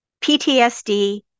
PTSD